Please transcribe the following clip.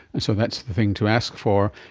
and so that's the thing to ask for.